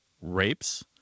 rapes